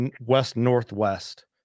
west-northwest